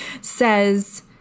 says